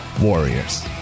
warriors